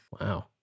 wow